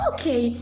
Okay